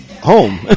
home